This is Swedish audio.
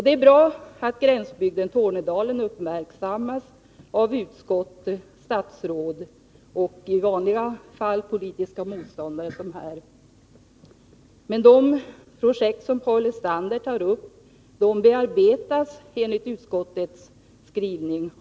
Det är bra att gränsbygden Tornedalen uppmärksammas av utskott, statsråd och — som i vanliga fall — politiska motståndare, som sker här i dag. De projekt som Paul Lestander tar upp bearbetas av länsstyrelsen, enligt utskottets skrivning.